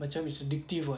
macam it's addictive [what]